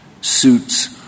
suits